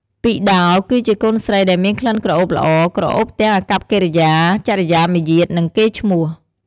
ពិដោរ គឺជាកូនស្រីដែលមានក្លិនក្រអូបល្អ ក្រអូបទាំងអាកប្បកិរិយា ចរិយាមារយាទ និងកេរ្តិ៍ឈ្នោះ។